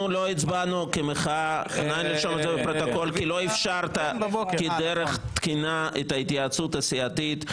אנחנו לא הצבענו כמחאה כי לא אפשרת כדרך תקינה את ההתייעצות הסיעתית.